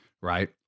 right